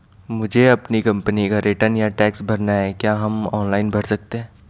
मुझे अपनी कंपनी का रिटर्न या टैक्स भरना है क्या हम ऑनलाइन भर सकते हैं?